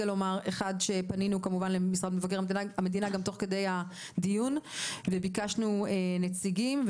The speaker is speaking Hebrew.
פנינו כמובן למשרד מבקר המדינה גם תוך כדי הדיון וביקשנו שיגיעו נציגים.